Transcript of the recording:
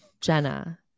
Jenna